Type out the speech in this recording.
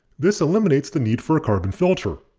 this eliminates the need for a carbon prefilter.